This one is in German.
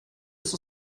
ist